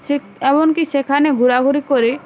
সে এমনকি সেখানে ঘোরাঘুরি করে